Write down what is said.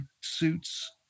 suits